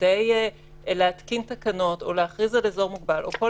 כדי להתקין תקנות או להכריז על אזור מוגבל או כל